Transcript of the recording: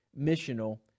missional